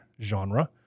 genre